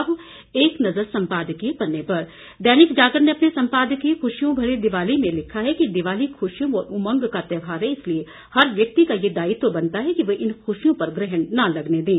अब एक नजर संपादकीय पन्ने पर दैनिक जागरण ने अपने संपादकीय खुशियों भरी दिवाली में लिखा है दिवाली खुशियों व उमंग का त्यौहार है इसलिए हर व्यक्ति का ये दायित्व बनता है कि वे इन खुशियों पर ग्रहण न लगने दें